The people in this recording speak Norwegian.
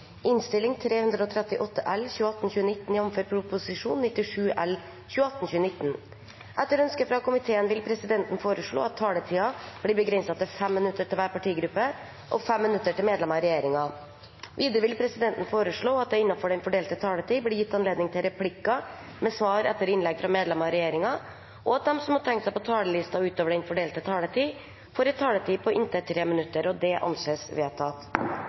minutter til medlemmer av regjeringen. Videre vil presidenten foreslå at det – innenfor den fordelte taletid – blir gitt anledning til replikker med svar etter innlegg fra medlemmer av regjeringen, og at de som måtte tegne seg på talerlisten utover den fordelte taletid, får en taletid på inntil 3 minutter. – Det anses vedtatt.